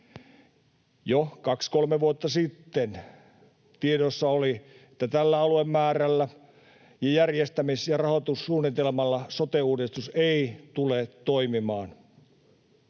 kolme vuotta sitten tiedossa oli, että tällä aluemäärällä ja järjestämis- ja rahoitussuunnitelmalla sote-uudistus ei tule toimimaan.